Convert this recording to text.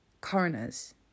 coroners